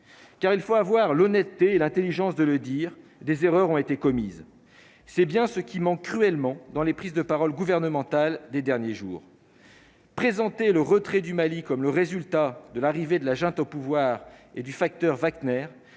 car il faut avoir l'honnêteté et l'Intelligence de le dire, des erreurs ont été commises, c'est bien ce qui manque cruellement dans les prises de parole gouvernementale des derniers jours. Présenté le retrait du Mali comme le résultat de l'arrivée de la junte au pouvoir et du facteur Wagner,